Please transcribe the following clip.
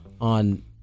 on